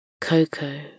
Coco